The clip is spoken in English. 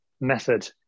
method